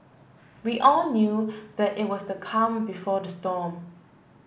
we all knew that it was the calm before the storm